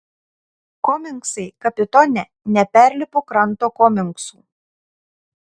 komingsai kapitone neperlipu kranto komingsų